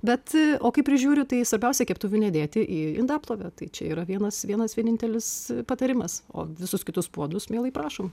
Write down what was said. bet o kai prižiūri tai svarbiausia keptuvių nedėti į indaplovę tai čia yra vienas vienas vienintelis patarimas o visus kitus puodus mielai prašom